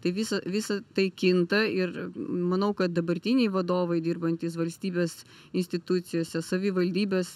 tai visa visa tai kinta ir manau kad dabartiniai vadovai dirbantys valstybės institucijose savivaldybės